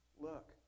look